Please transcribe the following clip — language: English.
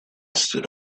stood